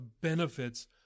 benefits